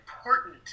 important